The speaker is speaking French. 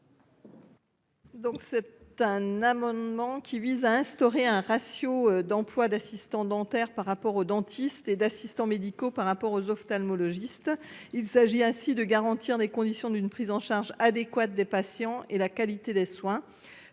c'est un amendement qui vise à instaurer un ratio d'emploi d'assistants dentaire par rapport au dentiste et d'assistants médicaux par rapport aux ophtalmologistes. Il s'agit ainsi de garantir des conditions d'une prise en charge adéquate des patients et la qualité des soins.